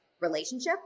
relationship